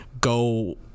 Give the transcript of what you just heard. go